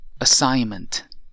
assignment